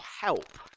help